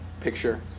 picture